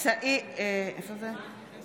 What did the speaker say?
(קוראת בשם חבר הכנסת)